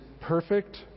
perfect